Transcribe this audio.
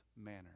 manner